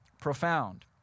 profound